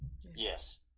yes